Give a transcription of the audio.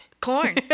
Corn